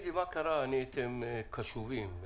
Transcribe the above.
מה קרה שנהייתם קשובים?